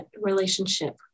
relationship